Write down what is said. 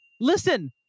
Listen